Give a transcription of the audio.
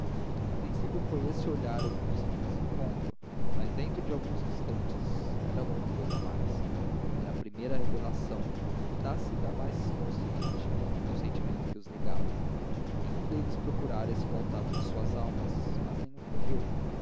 a princípio foi esse olhar um simples encontro mas dentro de alguns instantes era alguma coisa mais era a primeira revelação tácita mas consciente do sentimento que os ligava nenhum deles procurara esse contato de suas almas mas nenhum fugiu